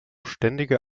ständige